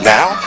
Now